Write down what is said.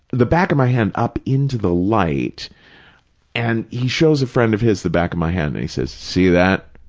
the back of my hand, up into the light and he shows a friend of his the back of my hand and he says, see that?